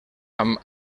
amb